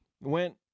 Went